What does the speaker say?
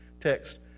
text